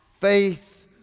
faith